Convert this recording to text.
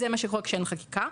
זה מה שקורה כשאין חקיקה.